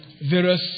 various